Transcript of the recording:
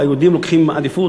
היהודים לוקחים עדיפות.